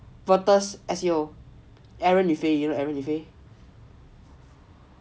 voters S_E_O aaron